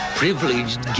privileged